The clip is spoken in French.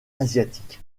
asiatique